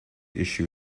issue